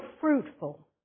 fruitful